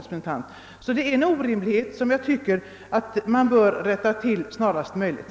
Jag hävdar att bestämmelsen är orimlig och bör rättas till snarast möjligt.